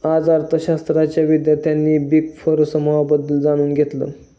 आज अर्थशास्त्राच्या विद्यार्थ्यांनी बिग फोर समूहाबद्दल जाणून घेतलं